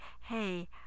hey